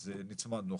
אז נצמדנו.